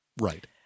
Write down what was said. Right